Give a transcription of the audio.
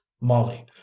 molly